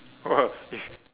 if